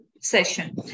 session